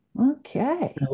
Okay